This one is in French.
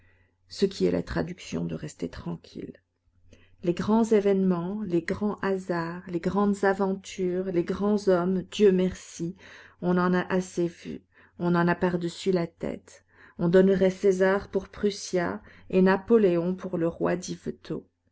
ce qui est la traduction de rester tranquille les grands événements les grands hasards les grandes aventures les grands hommes dieu merci on en a assez vu on en a par-dessus la tête on donnerait césar pour prusias et napoléon pour le roi